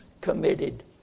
committed